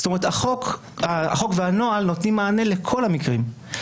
זאת אומרת, החוק והנוהל נותנים מענה לכל המקרים.